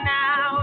now